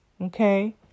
Okay